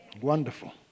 Wonderful